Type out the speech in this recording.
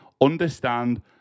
Understand